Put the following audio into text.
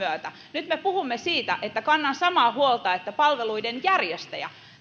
myötä nyt me puhumme siitä kannan samaa huolta että palveluiden järjestäjät